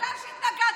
בגלל שהתנגדתי,